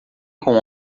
com